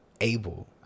able